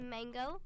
Mango